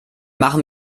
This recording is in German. machen